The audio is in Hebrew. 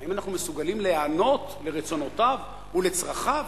האם אנחנו מסוגלים להיענות לרצונותיו ולצרכיו?